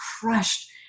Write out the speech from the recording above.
crushed